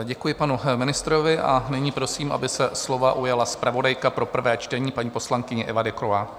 Děkuji panu ministrovi a nyní prosím, aby se slova ujala zpravodajka pro prvé čtení, paní poslankyně Eva Decroix.